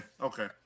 okay